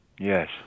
Yes